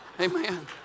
Amen